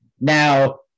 Now